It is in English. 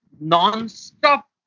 non-stop